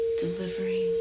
delivering